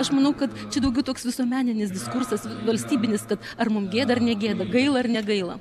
aš manau kad čia daugiau toks visuomeninis diskursas valstybinis kad ar mum gėda ar negėda gaila ar negaila